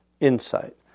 insight